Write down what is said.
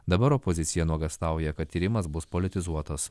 dabar opozicija nuogąstauja kad tyrimas bus politizuotas